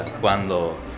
cuando